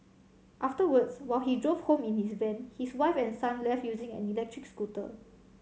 afterwards while he drove home in his van his wife and son left using an electric scooter